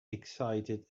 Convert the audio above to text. excited